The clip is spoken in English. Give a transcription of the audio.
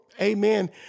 amen